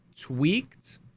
tweaked